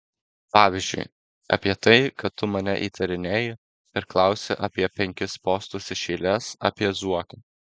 pavyzdžiui apie tai kad tu mane įtarinėji ir klausi apie penkis postus iš eilės apie zuoką